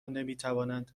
نمیتوانند